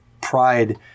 pride